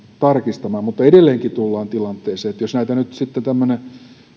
tarkistamaan mutta edelleenkin tullaan tilanteeseen että jos näitä nyt sitten tämmöinen